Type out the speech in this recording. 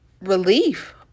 relief